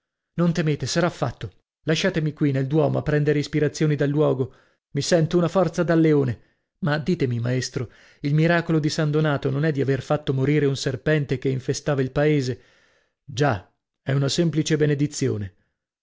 non temete sarà fatto lasciatemi qui nel duomo a prendere inspirazioni dal luogo mi sento una forza da leone ma ditemi maestro il miracolo di san donato non è di aver fatto morire un serpente che infestava il paese già è una semplice